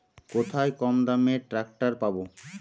কোথায় কমদামে ট্রাকটার পাব?